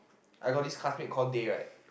I got this classmate called Dhey right